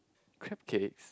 crab cakes